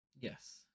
Yes